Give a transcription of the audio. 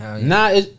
Nah